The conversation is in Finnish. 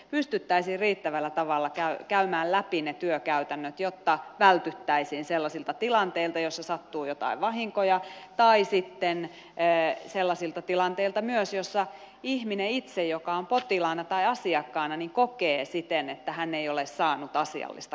pystyttäisiin riittävällä tavalla käymään läpi ne työkäytännöt jotta vältyttäisiin sellaisilta tilanteilta joissa sattuu jotain vahinkoja tai sitten sellaisilta tilanteilta myös joissa ihminen itse joka on potilaana tai asiakkaana kokee että ei ole saanut asiallista kohtelua